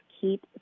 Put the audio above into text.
keep